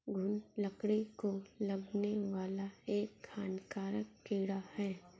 घून लकड़ी को लगने वाला एक हानिकारक कीड़ा है